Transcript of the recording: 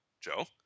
Joe